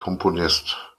komponist